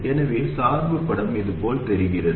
எனவே சார்பு படம் இது போல் தெரிகிறது